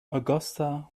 augusta